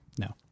No